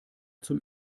zum